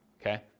okay